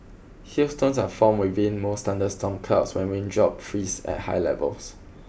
Hailstones are formed within most thunderstorm clouds when raindrops freeze at high levels